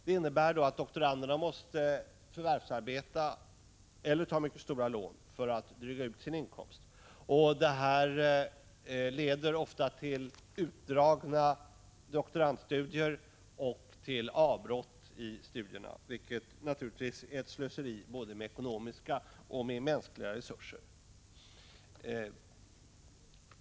Det innebär att doktoranderna måste förvärvsarbeta eller ta mycket stora lån för att dryga ut sin inkomst. Detta i sin tur leder ofta till utdragna doktorandstudier och till avbrott i studierna, vilket naturligtvis är ett slöseri både med ekonomiska och med mänskliga resurser.